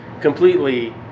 completely